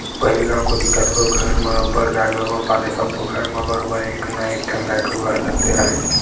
पहिली गांव कोती कतको घर म अब्बड़ गाय गरूवा पालय सब्बो घर म बरोबर एक ना एकठन गाय गरुवा ह लगते राहय